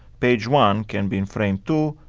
page one can be in frame two,